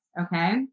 Okay